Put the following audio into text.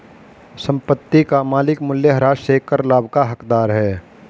संपत्ति का मालिक मूल्यह्रास से कर लाभ का हकदार है